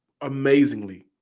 amazingly